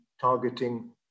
targeting